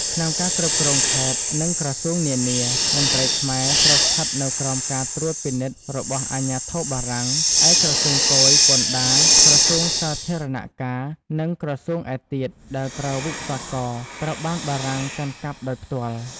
ក្នុងការគ្រប់គ្រងខេត្ត និងក្រសួងនានា មន្ត្រីខ្មែរត្រូវស្ថិតនៅក្រោមការត្រួតពិនិត្យរបស់អាជ្ញាធរបារាំង ឯក្រសួងគយ ពន្ធដារ ក្រសួងសាធារណការ និងក្រសួងឯទៀតដែលប្រើវិស្វករ ត្រូវបានបារាំងកាន់កាប់ដោយផ្ទាល់។